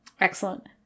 Excellent